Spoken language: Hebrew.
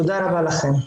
תודה רבה לכם.